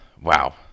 wow